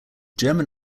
german